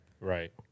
Right